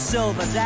Silver